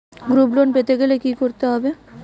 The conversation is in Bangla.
গ্রুপ লোন পেতে গেলে কি করতে হবে?